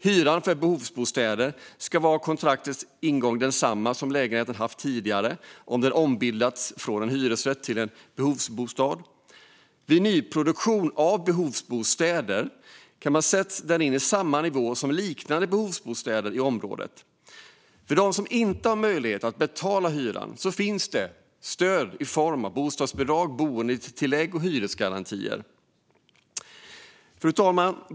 Hyran för behovsbostäder ska vid kontraktets ingång vara densamma som gällt för lägenheten tidigare, om den ombildats från en hyresrätt till en behovsbostad. Vid nyproduktion av behovsbostäder sätts hyran på samma nivå som för liknande behovsbostäder i området. För dem som inte har möjlighet att betala hyran ska det finnas stöd i form av bostadsbidrag, boendetillägg och hyresgarantier. Fru talman!